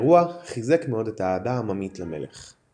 האירוע חיזק מאוד את האהדה העממית למלך.